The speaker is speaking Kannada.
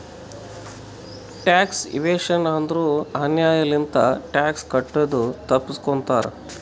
ಟ್ಯಾಕ್ಸ್ ಇವೇಶನ್ ಅಂದುರ್ ಅನ್ಯಾಯ್ ಲಿಂತ ಟ್ಯಾಕ್ಸ್ ಕಟ್ಟದು ತಪ್ಪಸ್ಗೋತಾರ್